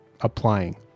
applying